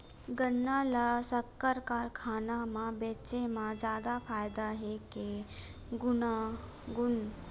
गन्ना ल शक्कर कारखाना म बेचे म जादा फ़ायदा हे के गुण कारखाना म?